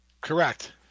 Correct